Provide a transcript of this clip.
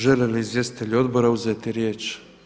Žele li izvjestitelji odbora uzeti riječ?